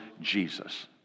Jesus